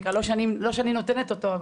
לא שאני נותנת אותו.